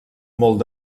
molt